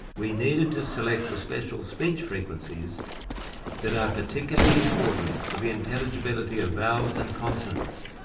we needed to select the special speech frequencies that are particularly important for the intelligibility of vowels and consonants,